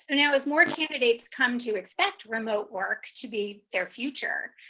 now as more candidates come to expect remote work to be their future,